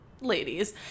ladies